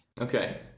Okay